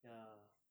ya